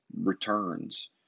returns